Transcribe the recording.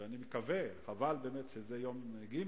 ואני מקווה, חבל באמת שזה יום ג'.